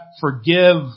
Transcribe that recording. forgive